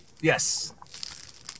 Yes